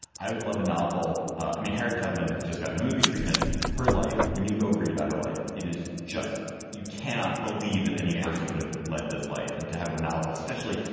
i would love a novel. i mean, harriet tubman had just gotten a movie treatment her life when you go read about her life, it is just you cannot believe that any person could have led this life and to have a novel especially.